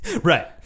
right